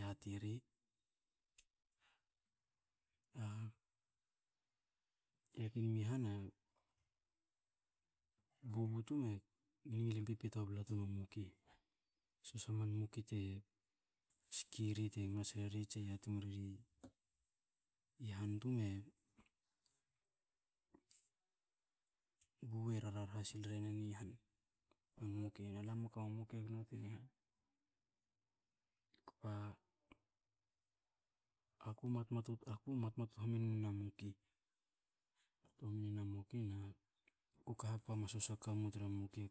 yati ri. yatin mi han bubu tum e ngilin pipito blatun u muki, soshe a man muki te ski ri, te ngats reri, tse yatung reri. I han tum e bubu e rararhe sil re nen i han, ne man muki yen. Alam u kami a muki e gnotun keh i han, kba a ku matmatut a ku matmatut hominue a muki, matut a muki, na ku ka hakpa mi a soshe a kamun muki.